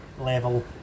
level